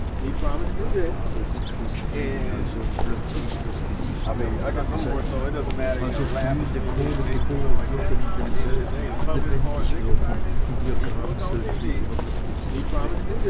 da war es christine als ob plötzlich das gesicht ihr platze als ob glühende kohlen geboren würden in demselben lebendig würden ihr gramselten über das gesicht weg